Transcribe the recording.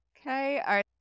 Okay